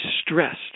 stressed